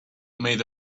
made